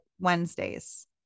Wednesdays